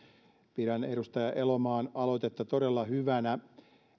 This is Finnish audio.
pidän edustaja elomaan aloitetta todella hyvänä